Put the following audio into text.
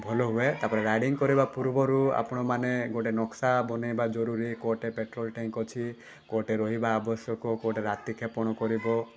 ଭଲ ହୁଏ ତା'ପରେ ରାଇଡ଼ିଙ୍ଗ୍ କରିବା ପୂର୍ବରୁ ଆପଣମାନେ ଗୋଟେ ନକ୍ସା ବନେଇବା ଜରୁରୀ କେଉଁଠି ପେଟ୍ରୋଲ୍ ଟ୍ୟାଙ୍କ୍ ଅଛି କେଉଁଠି ରହିବା ଆବଶ୍ୟକ କେଉଁଠି ରାତି କ୍ଷେପଣ କରିବ